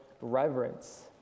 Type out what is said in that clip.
reverence